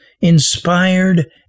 inspired